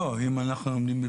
לא מונו בה